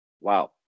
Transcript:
Wow